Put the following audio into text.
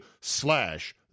slash